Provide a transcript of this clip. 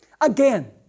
Again